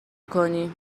کنی